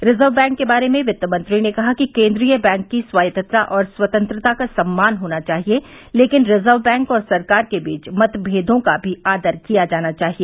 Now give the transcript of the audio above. reserve bank के बारे में वित्तमंत्री ने कहा कि केन्द्रीय बैंक की स्वायत्तता और स्वतंत्रता का सम्मान होना चाहिए लेकिन रिजर्व बैंक और सरकार के बीच मतमेदों का भी आदर किया जाना चाहिए